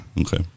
Okay